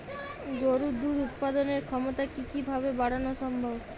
গরুর দুধ উৎপাদনের ক্ষমতা কি কি ভাবে বাড়ানো সম্ভব?